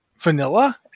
vanilla